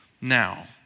now